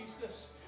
Jesus